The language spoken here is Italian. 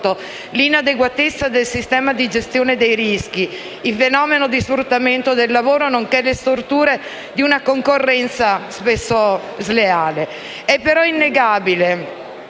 l'inadeguatezza del sistema di gestione dei rischi, il fenomeno di sfruttamento del lavoro, nonché le storture di una concorrenza spesso sleale. È però innegabile